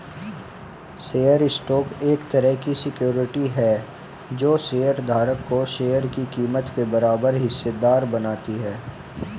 share stock एक तरह की सिक्योरिटी है जो शेयर धारक को शेयर की कीमत के बराबर हिस्सेदार बनाती है